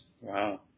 Wow